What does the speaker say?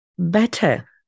better